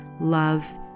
love